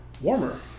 warmer